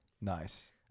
Nice